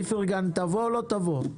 איפרגן תבוא או לא תבוא?